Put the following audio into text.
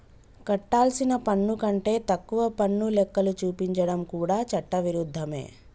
కట్టాల్సిన పన్ను కంటే తక్కువ పన్ను లెక్కలు చూపించడం కూడా చట్ట విరుద్ధమే